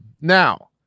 Now